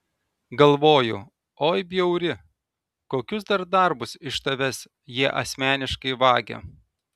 galvoju oi bjauri kokius dar darbus iš tavęs jie asmeniškai vagia